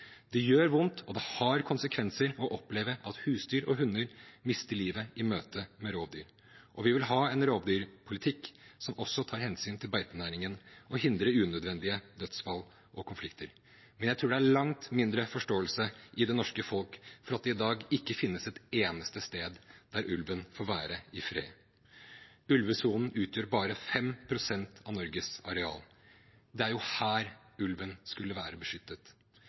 Det gjør vondt og har konsekvenser å oppleve at husdyr og hunder mister livet i møte med rovdyr. Vi vil ha en rovdyrpolitikk som også tar hensyn til beitenæringen og hindrer unødvendige dødsfall og konflikter. Men jeg tror det er langt mindre forståelse i det norske folk for at det i dag ikke finnes et eneste sted der ulven får være i fred. Ulvesonen utgjør bare 5 pst. av Norges areal. Det var jo her ulven skulle være beskyttet.